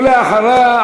ואחריה,